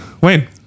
wayne